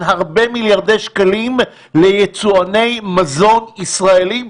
הרבה מיליארדי שקלים ליצואני מזון ישראלים,